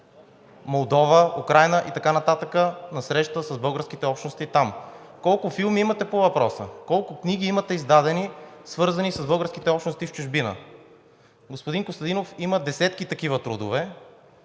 Молдова, Украйна и така нататък на среща с българските общности там? Колко филми имате по въпроса? Колко книги имате издадени, свързани с българските общности в чужбина? Господин Костадин Костадинов има десетки такива трудове.